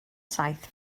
saith